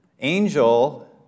Angel